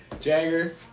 Jagger